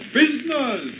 business